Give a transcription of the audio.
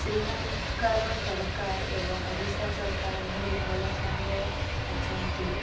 ଶ୍ରୀଲଙ୍କାର ସରକାର ଏବଂ ଓଡ଼ିଶା ସରକାର ଭାରି ଭଲ ସାଙ୍ଗ ଅଛନ୍ତି